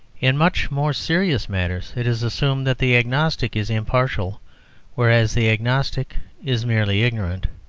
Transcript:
in much more serious matters it is assumed that the agnostic is impartial whereas the agnostic is merely ignorant.